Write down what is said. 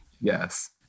Yes